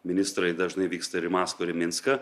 ministrai dažnai vyksta ir į maskvą ir į minską